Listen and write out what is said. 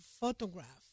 photograph